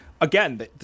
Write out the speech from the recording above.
again